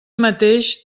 mateix